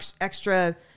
extra